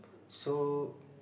so